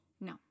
no